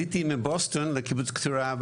עליתי מבוסטון לקיבוץ קטורה,